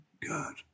Good